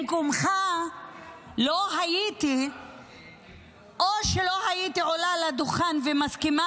במקומך או שלא הייתי עולה לדוכן ומסכימה